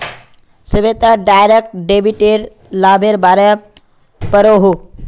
Shweta direct डेबिटेर लाभेर बारे पढ़ोहो